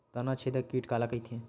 तनाछेदक कीट काला कइथे?